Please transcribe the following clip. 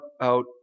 out